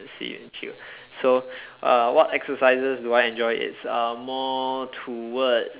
swim and chill so uh what exercises do I enjoy it's uh more towards